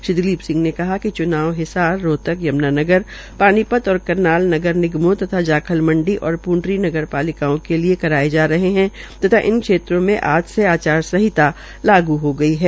श्री दिलीप ने बताया कि च्नाव हिसार रोहतक यम्नानगर पानीपत और करनाल नगर निगमों तथा जाखल मंडी और प्ंडरी नगरपालिकाओं के लिये कराये जा रहे है तथा इन क्षेत्रों में आज से आचार संहिता लागू हो गई है